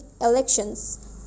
elections